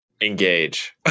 Engage